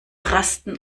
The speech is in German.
rasten